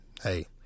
hey